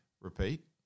repeat